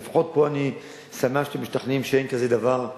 לפחות פה אני שמח שאתם משתכנעים שאין כזה דבר,